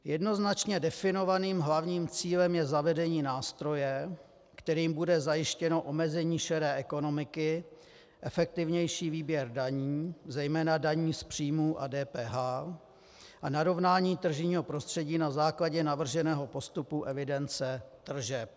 Jednoznačně definovaným hlavním cílem je zavedení nástroje, kterým bude zajištěno omezení šedé ekonomiky, efektivnější výběr daní, zejména daní z příjmu a DPH, a narovnání tržního prostředí na základě navrženého postupu evidence tržeb.